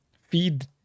feed